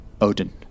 Odin